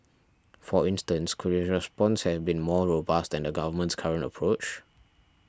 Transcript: for instance could his response have been more robust than the government's current approach